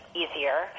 easier